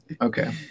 okay